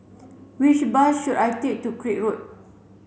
which bus should I take to Craig Road